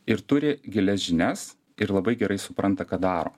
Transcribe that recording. ir turi gilias žinias ir labai gerai supranta ką daro